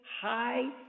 high